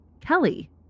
Kelly